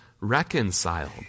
reconciled